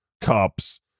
cops